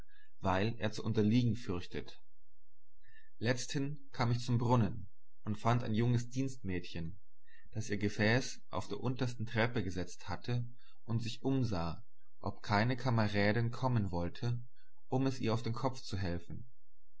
weil er zu unterliegen fürchtet letzthin kam ich zum brunnen und fand ein junges dienstmädchen das ihr gefäß auf die unterste treppe gesetzt hatte und sich umsah ob keine kamerädin kommen wollte ihr es auf den kopf zu helfen